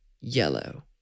Yellow